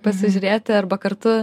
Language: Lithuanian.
pasižiūrėti arba kartu